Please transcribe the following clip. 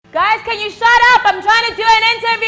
guys can you shut up i'm trying to do an and i mean